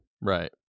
right